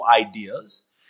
ideas